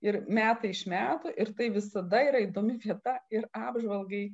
ir metai iš metų ir tai visada yra įdomi vieta ir apžvalgai